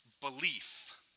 belief